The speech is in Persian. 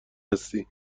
هستی